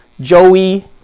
Joey